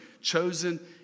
chosen